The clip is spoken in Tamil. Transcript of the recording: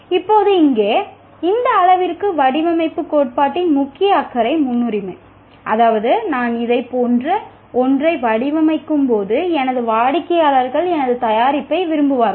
இப்போது இங்கே அந்த அளவிற்கு வடிவமைப்புக் கோட்பாட்டின் முக்கிய அக்கறை முன்னுரிமை அதாவது நான் இதைப் போன்ற ஒன்றை வடிவமைக்கும்போது எனது வாடிக்கையாளர்கள் எனது தயாரிப்பை விரும்புவார்கள்